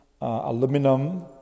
aluminum